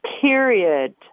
period